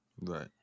Right